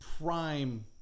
prime